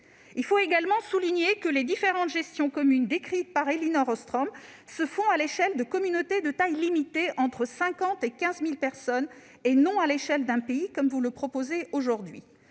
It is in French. Il faut également souligner que les différentes gestions communes décrites par Elinor Ostrom se font à l'échelle de communautés de taille limitée, entre 50 et 15 000 personnes, et non pas à l'échelle d'un pays, comme vous le proposez aujourd'hui.